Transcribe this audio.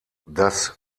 das